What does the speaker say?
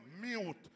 mute